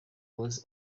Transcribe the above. was